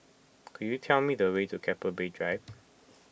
could you tell me the way to Keppel Bay Drive